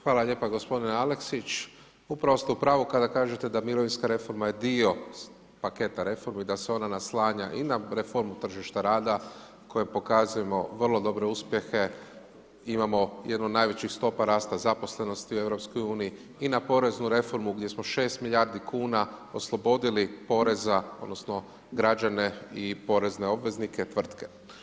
Hvala lijepo gospodine Aleksić, upravo ste u pravu, kada kažete da mirovinska reforma je dio paketa reformi i da se ona naslanja i na reformu tržišta rada, koji pokazujemo vrlo dobre uspjehe imamo jednu od najvećih stopa rasta zaposlenosti u EU i na poreznu reformu, gdje smo 6 milijardi kuna oslobodili poreza, odnosno, građane i porezne obveznike i tvrtke.